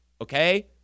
okay